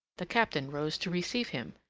the captain rose to receive him,